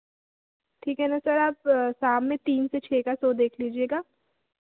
ठीक है ना सर आप शाम में तीन से छः का शो देख लीजिएगा